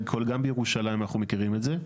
גם בירושלים אנחנו מכירים את זה,